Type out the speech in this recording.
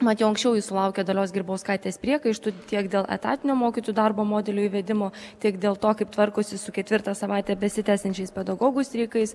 mat jau anksčiau ji sulaukė dalios grybauskaitės priekaištų tiek dėl etatinio mokytojų darbo modelio įvedimo tiek dėl to kaip tvarkosi su ketvirtą savaitę besitęsiančiais pedagogų streikais